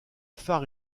phare